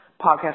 podcast